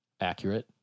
Accurate